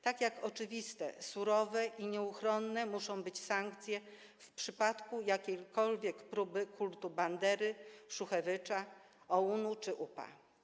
Tak jak oczywiste, surowe i nieuchronne muszą być sankcje w przypadku jakiejkolwiek próby kultu Bandery, Szuchewycza, OUN czy UPA.